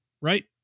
right